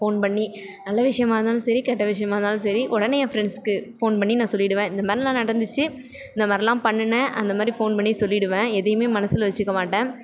phone பண்ணி நல்ல விஷயமாக இருந்தாலும் சரி கெட்ட விஷயமாக இருந்தாலும் சரி உடனே என் ஃப்ரெண்ட்ஸ்க்கு ஃபோன் பண்ணி நான் சொல்லிவிடுவேன் இந்தமாதிரிலாம் நடந்துச்சு இந்தமாதிரிலாம் பண்ணினேன் அந்தமாதிரி ஃபோன் பண்ணி சொல்லிவிடுவேன் எதையும் மனசில் வச்சுக்க மாட்டேன்